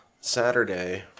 Saturday